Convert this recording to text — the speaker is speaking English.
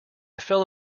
fell